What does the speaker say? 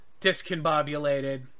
discombobulated